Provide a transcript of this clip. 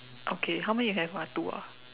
okay how many you have ah two ah